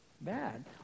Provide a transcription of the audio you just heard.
bad